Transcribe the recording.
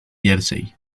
jersey